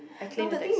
I came the taxi